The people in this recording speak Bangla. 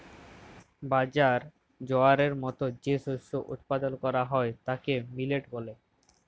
বাজরা, জয়ারের মত যে শস্য উৎপাদল ক্যরা হ্যয় তাকে মিলেট ব্যলে